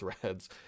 threads